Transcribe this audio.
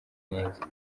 neza